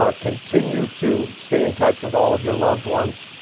ah continue to stay in touch with all of your loved ones.